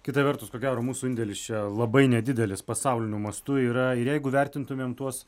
kita vertus ko gero mūsų indėlis čia labai nedidelis pasauliniu mastu yra ir jeigu vertintumėm tuos